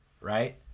right